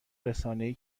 رسانهای